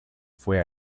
fue